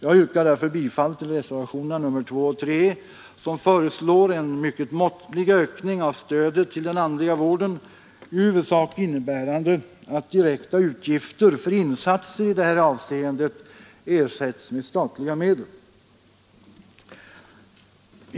Jag yrkar därför bifall till reservationerna 2 och 3, vari föreslås en mycket måttlig ökning av stödet till den andliga vården, i huvudsak innebärande att direkta utgifter för insatser i det här avseendet ersätts med statliga medel.